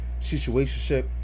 situationship